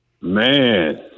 Man